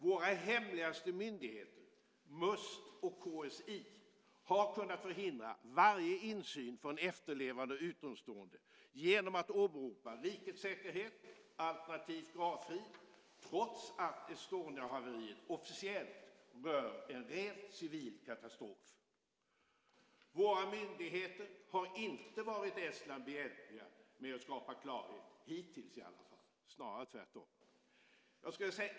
Våra hemligaste myndigheter, Must och KSI, har kunnat förhindra varje insyn från efterlevande och utomstående genom att åberopa rikets säkerhet alternativt gravfrid trots att Estoniahaveriet officiellt rör en rent civil katastrof. Våra myndigheter har inte varit Estland behjälpliga med att skapa klarhet, hittills i varje fall - snarare tvärtom.